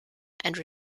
and